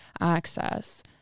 access